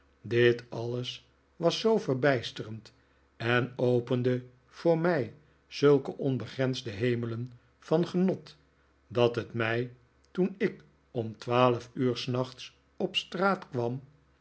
dit alles was zoo verbijsterend en opende voor mij zulke onbegrensde hemelen van genot dat het mij toen ik om twaalf uur s nachts op straat kwam